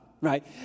right